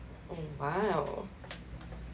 !wow!